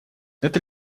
это